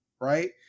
right